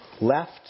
Left